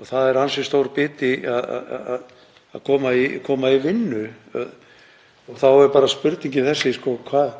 og það er ansi stór biti að koma í vinnu. Þá er spurningin þessi: Hvað